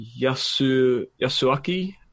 Yasuaki